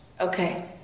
Okay